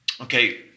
okay